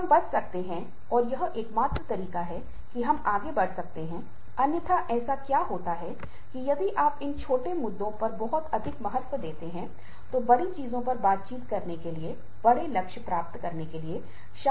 इसी तरह जब अधिक महिला कर्मचारी होती हैं तो वे नौकरी में प्रवेश करती हैं यदि संगठन महिला कर्मचारियों पर प्रमुखता से कार्य कर रहा है तो वे भी कार्य संतुलन की तलाश में रहते हैं